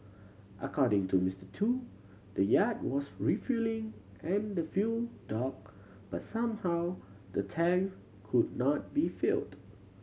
according to Mister Tu the yacht was refuelling at the fuel dock but somehow the tank could not be filled